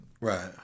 Right